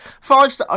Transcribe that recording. Five